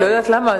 אני לא יודעת למה,